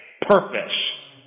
purpose